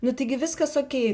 nu taigi viskas okei